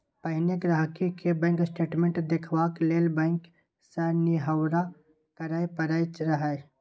पहिने गांहिकी केँ बैंक स्टेटमेंट देखबाक लेल बैंक सँ निहौरा करय परय रहय